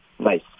Nice